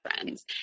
friends